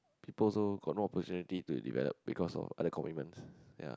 people also got no opportunity to develop because of other commitments ya